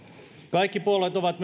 kaikki puolueet ovat